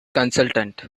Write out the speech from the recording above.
consultant